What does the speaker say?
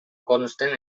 consten